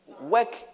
work